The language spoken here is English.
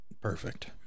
Perfect